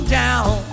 down